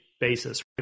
basis